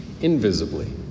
invisibly